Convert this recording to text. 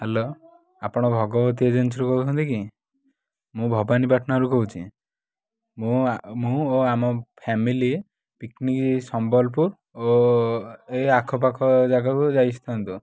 hello ଆପଣ ଭଗବତୀ ଏଜେନ୍ସିରୁ କହୁଛନ୍ତି କି ମୁଁ ଭବାନୀପାଟଣାରୁ କହୁଛି ମୁଁ ଆ ମୁଁ ଆମ ଫ୍ୟାମିଲି ପିକ୍ନିକ୍ ସମ୍ବଲପୁର ଓ ଏଇ ଆଖପାଖ ଜାଗାକୁ ଯାଇଥାନ୍ତୁ